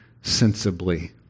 sensibly